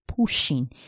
pushing